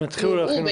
הם יתחילו להכין אותו.